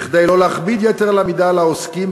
כדי שלא להכביד יתר על המידה על העוסקים,